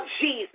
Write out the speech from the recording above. Jesus